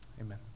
amen